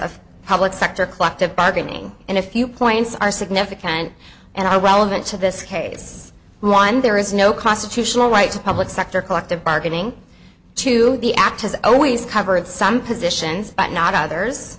of public sector collective bargaining and a few points are significant and i were relevant to this case one there is no constitutional right to public sector collective bargaining to the act has always covered some positions but not others